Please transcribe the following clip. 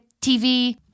TV